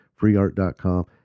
freeart.com